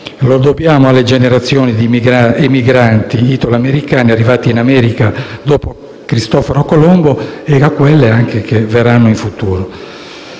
Lo dobbiamo alle generazioni di emigranti italo-americani, arrivati in America dopo Cristoforo Colombo e a quelle che verranno in futuro.